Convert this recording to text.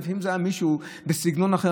לפעמים זה היה מישהו בסגנון אחר,